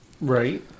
Right